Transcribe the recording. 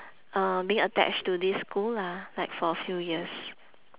uh being attached to this school lah like for a few years